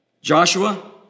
Joshua